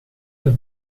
het